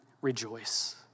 rejoice